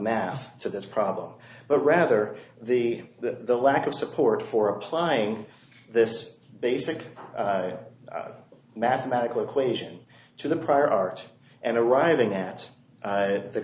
math to this problem but rather the the lack of support for applying this basic mathematical equation to the prior art and arriving at